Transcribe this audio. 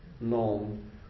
known